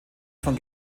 von